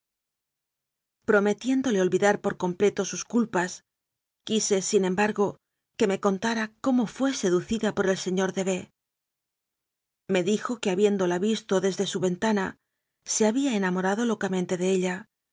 prometiéndole olvidar por completo sus culpas quise sin embargo que me contara cómo fué se ducida por el señor de b me dijo que habién dola visto desde su ventana se había enamorado locamente de ella